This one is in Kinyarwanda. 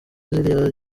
ziriya